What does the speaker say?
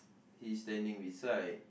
he's standing beside